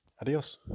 adios